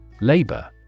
Labor